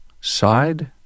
side